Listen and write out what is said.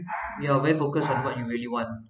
you are very focus on what you really want